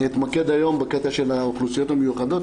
אתמקד היום בקטע של האוכלוסיות המיוחדות,